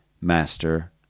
master